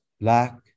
Black